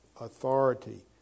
Authority